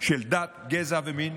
של דת, גזע ומין.